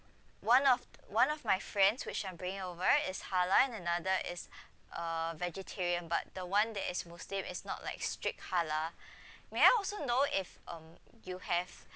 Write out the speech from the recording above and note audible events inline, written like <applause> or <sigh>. one of one of my friends which I'm bringing over is halal and another is <breath> a vegetarian but the one that is muslim is not like strict halal <breath> may I also know if um you have